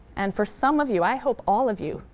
and for some of you, i hope all of you,